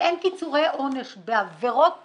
שאין קיצורי עונש בעבירות סופר-קיצוניות,